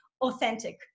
authentic